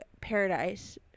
paradise